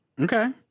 Okay